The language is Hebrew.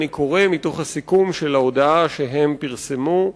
אני קורא מתוך הסיכום של ההודעה שהם פרסמו,